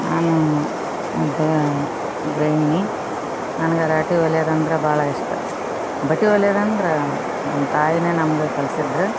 ನಾನು ಒಬ್ಬ ಗೃಹಿಣಿ ನನಗೆ ಬಟ್ಟೆ ಹೊಲಿಯುದಂದ್ರ ಬಹಳ ಇಷ್ಟ ಬಟ್ಟೆ ಹೊಲಿಯುದಂದ್ರ ನಮ್ಮ ತಾಯಿನೇ ನಮ್ಗೆ ಕಲ್ಸಿದ್ರು